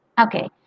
Okay